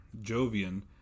Jovian